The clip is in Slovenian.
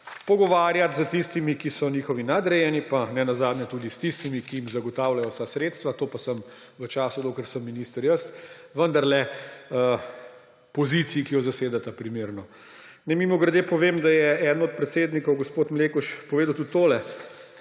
pogovarjati s tistimi, ki so njihovi nadrejeni, pa nenazadnje tudi s tistimi, ki jim zagotavljajo vsa sredstva. To pa sem v času, dokler sem minister, jaz; vendarle poziciji, ki jo zasedata, primerno. Naj mimogrede povem, da je eden od predsednikov sindikata, gospod Mlekuš, povedal tudi tole,